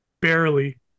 barely